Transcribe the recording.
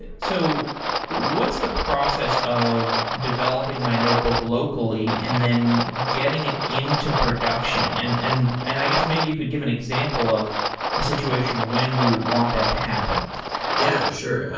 so what's the process of developing my notebook locally and then getting it into production? and and and i guess maybe you could give an example of a situation when we would want that to happen yeah, for sure.